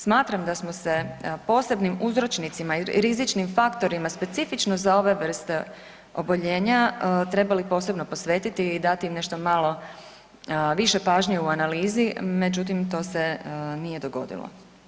Smatram da smo se posebnim uzročnicima i rizičnim faktorima specifično za ove vrste oboljenja trebali posebno posvetiti i dati im nešto malo više pažnje u analizi, međutim to se nije dogodilo.